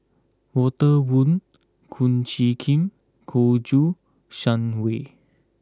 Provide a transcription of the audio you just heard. Walter Woon Kum Chee Kin Shang Wei